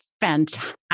fantastic